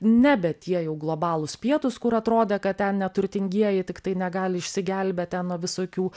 nebe tie jau globalūs pietūs kur atrodė kad ten neturtingieji tiktai negali išsigelbėt ten nuo visokių